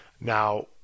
Now